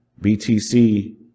BTC